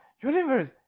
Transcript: Universe